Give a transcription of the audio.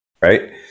right